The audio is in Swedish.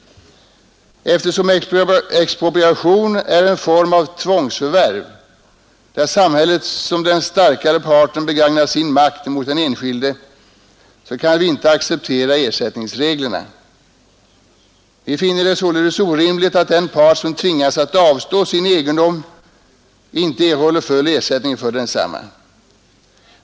Eftersom expropriation är en form av tvångsförvärv, där samhället som den starkare parten begagnar sin makt mot den enskilde. Vi kan inte acceptera ersättningsreglerna. Vi finner det orimligt att den part som tvingas att avstå sin egendom inte erhåller full ersättning för densamma.